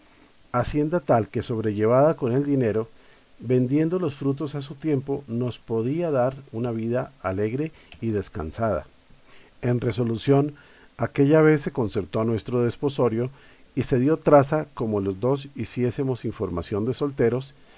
hacienda tal que sobrellevada con el dinero vendiendo los frutos a su tiempo nos podía dar una vida alegre y descansada en resolución aquella vez se concertó nuestro desposorio y se dio traza c oacute mo los dos hiciésemos información de solteros